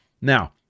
Now